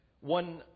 One